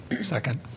Second